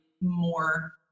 more